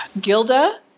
Gilda